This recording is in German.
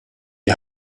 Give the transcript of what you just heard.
wie